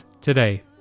today